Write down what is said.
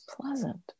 pleasant